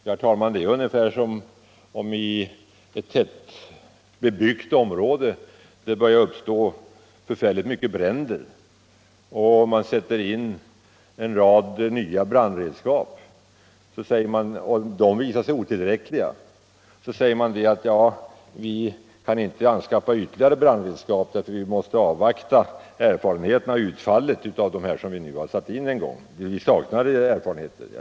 Det är ungefär som om det i ett tättbebyggt område börjar uppstå förfärligt mycket bränder och man sätter in en rad nya brandredskap och dessa visar sig otillräckliga och man då säger att man inte kan skaffa ytterligare brandredskap, eftersom man måste avvakta erfarenheterna av utfallet av de redskap man satt in.